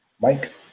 mike